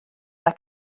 mae